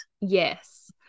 Yes